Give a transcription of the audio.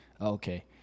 Okay